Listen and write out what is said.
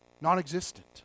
non-existent